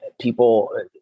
people